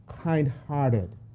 kind-hearted